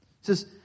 says